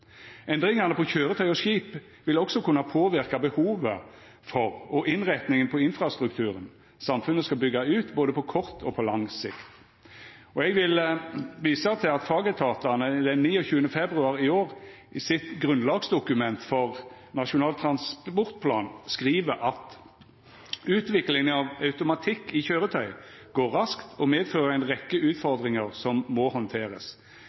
Endringane på køyretøy og skip vil også kunna påverka behovet for og innrettinga av infrastrukturen samfunnet skal byggja ut både på kort og på lang sikt. Eg vil visa til at fagetatane den 29. februar i år i grunnlagsdokumentet sitt for Nasjonal transportplan skriv: «Utviklingen av automatikk i kjøretøy går raskt, og medfører en rekke utfordringer som må